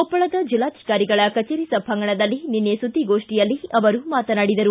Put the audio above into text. ಕೊಪ್ಪಳದ ಜಿಲ್ಲಾಧಿಕಾರಿಗಳ ಕಚೇರಿ ಸಭಾಂಗಣದಲ್ಲಿ ನಿನ್ನೆ ಸುದ್ವಿಗೋಷ್ಠಿಯಲ್ಲಿ ಅವರು ಮಾತನಾಡಿದರು